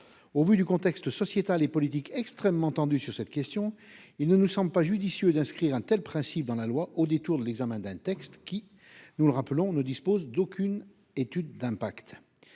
Au vu du contexte sociétal et politique extrêmement tendu sur cette question, il ne nous semble pas judicieux d'inscrire un tel principe dans la loi au détour de l'examen d'un texte qui, nous le rappelons, n'a fait l'objet d'aucune étude d'impact.